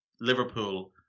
Liverpool